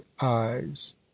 eyes